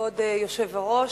כבוד היושב-ראש,